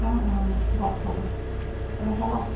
ভাত খালোঁ তুমি খালা